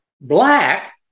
black